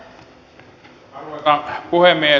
arvoisa puhemies